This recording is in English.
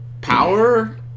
power